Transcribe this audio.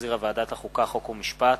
שהחזירה ועדת החוקה, חוק ומשפט,